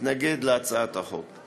תתנגד להצעת החוק.